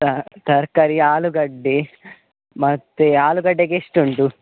ಹಾಂ ತರಕಾರಿ ಆಲೂಗಡ್ಡೆ ಮತ್ತು ಆಲೂಗಡ್ಡೆಗೆ ಎಷ್ಟು ಉಂಟು